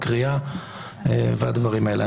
הקריאה והדברים האלה.